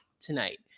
tonight